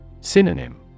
Synonym